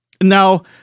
now